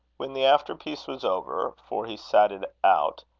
when the after-piece was over, for he sat it out,